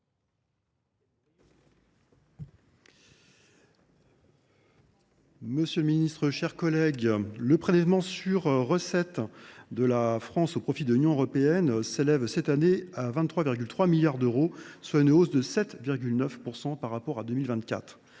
monsieur le ministre, mes chers collègues, le prélèvement sur recettes de la France au profit de l’Union européenne s’élève cette année à 23,3 milliards d’euros, soit une hausse de 7,9 % par rapport à 2024.